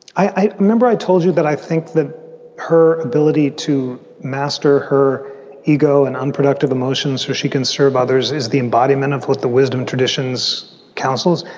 i i remember? i told you that i think that her ability to master her ego and unproductive emotions so she can serve others is the embodiment of what the wisdom, traditions, counsels.